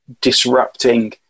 disrupting